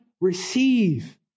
receive